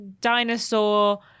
dinosaur